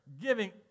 giving